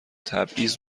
تبعیض